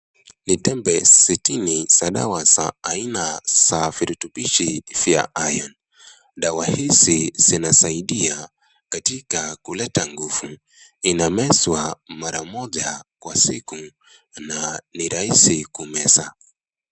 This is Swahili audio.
Ni tembe sitini za dawa za aina za virutubishi vya iron]cs], dawa hizi zinasaidia katika kuleta nguvu. Inamezwa mara moja kwa siku nani rahisi kumeza.